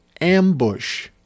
ambush